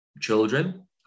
children